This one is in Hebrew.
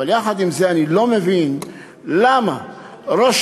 אבל יחד עם זה אני לא מבין למה ראש